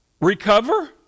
recover